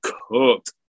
cooked